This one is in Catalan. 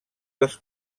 dels